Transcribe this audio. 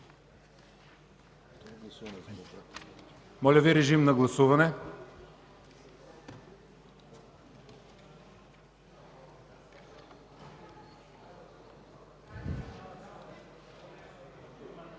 Моля, режим на гласуване.